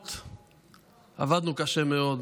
הבחירות עבדנו קשה מאוד,